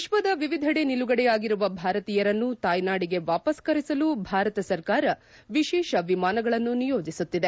ವಿಶ್ವದ ವಿವಿಧೆಡೆ ನಿಲುಗಡೆಯಾಗಿರುವ ಭಾರತೀಯರನ್ನು ತಾಯ್ವಾದಿಗೆ ವಾಪಸ್ ಕರೆಸಲು ಭಾರತ ಸರ್ಕಾರ ವಿಶೇಷ ವಿಮಾನಗಳನ್ನು ನಿಯೋಜಿಸುತ್ತಿದೆ